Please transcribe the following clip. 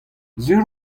sur